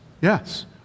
Yes